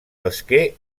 pesquer